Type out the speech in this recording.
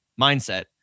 mindset